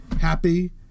happy